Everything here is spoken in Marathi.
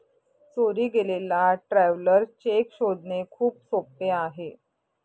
चोरी गेलेला ट्रॅव्हलर चेक शोधणे खूप सोपे आहे